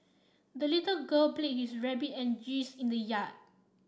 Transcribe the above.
the little girl played with her rabbit and geese in the yard